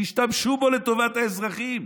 תשתמשו בהם לטובת האזרחים.